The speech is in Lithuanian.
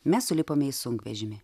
mes sulipome į sunkvežimį